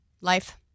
Life